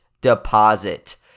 deposit